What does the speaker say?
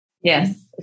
Yes